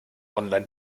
online